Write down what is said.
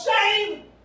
shame